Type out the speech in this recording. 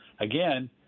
again –